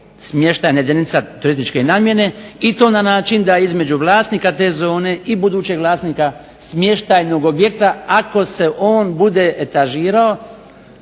smještajne jedinice turističke namjene i to na način da između vlasnika te zone i budućeg vlasnika smještajnog objekta ako se on bude etažirao